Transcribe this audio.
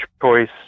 choice